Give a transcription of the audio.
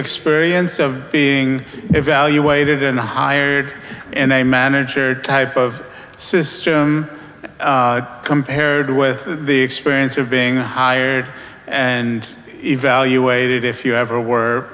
experience of being evaluated in hired and a manager type of system compared with the experience of being hired and evaluated if you ever were